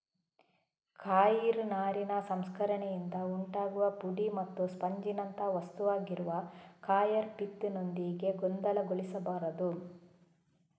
coir ನಾರಿನ ಸಂಸ್ಕರಣೆಯಿಂದ ಉಂಟಾಗುವ ಪುಡಿ ಮತ್ತು ಸ್ಪಂಜಿನಂಥ ವಸ್ತುವಾಗಿರುವ ಕಾಯರ್ ಪಿತ್ ನೊಂದಿಗೆ ಗೊಂದಲಗೊಳಿಸಬಾರದು